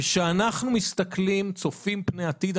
כשאנחנו מסתכלים וצופים פני העתיד,